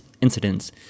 incidents